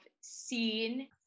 seen